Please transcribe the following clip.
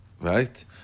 right